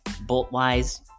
bolt-wise